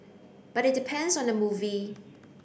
but it depends on the movie